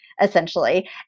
essentially